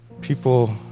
people